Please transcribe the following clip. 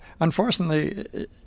unfortunately